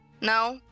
No